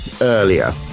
earlier